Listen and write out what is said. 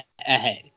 ahead